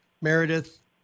Meredith